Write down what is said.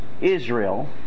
Israel